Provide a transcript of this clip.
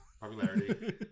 Popularity